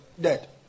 dead